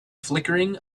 flickering